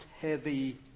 heavy